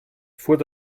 fuhr